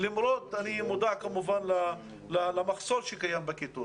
ואני כמובן מודע למחסור שקיים בכיתות